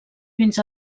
fins